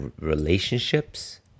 relationships